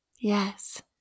Yes